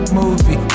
movie